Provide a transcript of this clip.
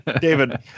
David